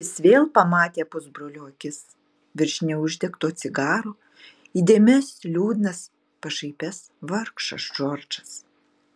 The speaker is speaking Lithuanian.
jis vėl pamatė pusbrolio akis virš neuždegto cigaro įdėmias liūdnas pašaipias vargšas džordžas